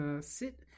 sit